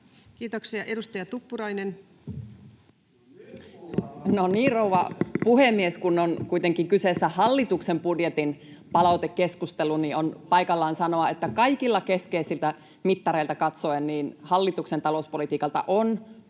Kiitoksia. — Edustaja Tuppurainen. Rouva puhemies! Kun on kuitenkin kyseessä hallituksen budjetin palautekeskustelu, niin on paikallaan sanoa, että kaikilla keskeisillä mittareilla katsoen hallituksen talouspolitiikalta on pudonnut